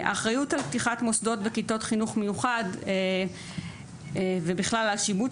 האחריות על פתיחת מוסדות בכיתות חינוך מיוחד ובכלל על שיבוץ